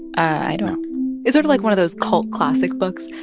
i don't it's sort of, like, one of those cult classic books.